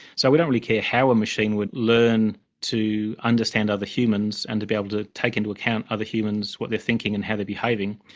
so we don't really care how a machine would learn to understand other humans and be able to take into account other humans, what they're thinking and how they're behaving,